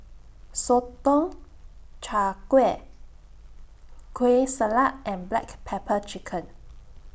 Sotong Char Kway Kueh Salat and Black Pepper Chicken